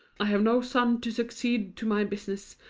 i have no son to succeed to my business,